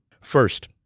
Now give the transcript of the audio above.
First